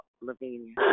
Lavinia